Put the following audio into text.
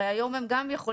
הרי היום הם גם יכולים,